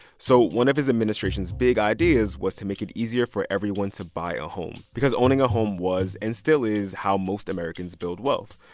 so one of his administration's big ideas was to make it easier for everyone to buy a home because owning a home was and still is how most americans build wealth.